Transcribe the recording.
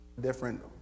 different